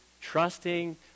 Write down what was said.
trusting